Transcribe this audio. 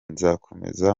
nzakomeza